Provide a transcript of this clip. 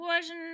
version